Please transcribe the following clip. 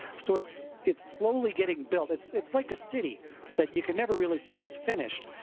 so it's it's slowly getting built. it's it's like a city that you can never really say it's finished.